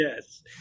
yes